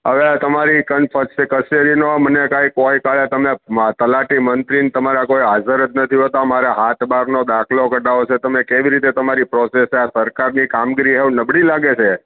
અવે તમારી કચેરીનો મને કાઈક કોઈ કરે તમને માં તલાટી મંત્રી તમારા કોઈ હાજર જ નથી હોટ અમારા હાંત બારનો દાખલો કઈ તમે કેવી રીતે તામરી પરોસસ આ સરકારની કામગીરી હવે નબડી લાગે છે